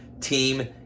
team